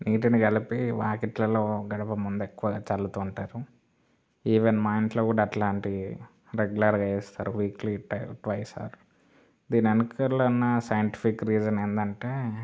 నీటిని కలిపి వాకిట్లలో గడప ముందు ఎక్కువగా చల్లుతూ ఉంటారు ఈవెన్ మా ఇంట్లో కూడా అట్లాంటి రెగ్యులర్గా వేస్తారు వీక్లి ట్వై ట్వైస్ ఆర్ దీని వెనకాల ఉన్న సైంటిఫిక్ రీజన్ ఏంటంటే